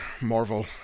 Marvel